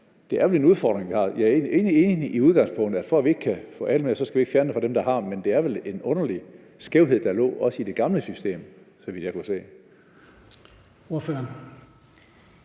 vel er en udfordring, vi har. Jeg er egentlig enig i udgangspunktet, altså at bare fordi vi ikke kan få alle med, skal vi ikke fjerne det for dem, der har det. Men det er vel underlig skævhed, der også lå i det gamle system, så vidt jeg kunne se.